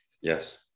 Yes